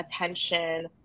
attention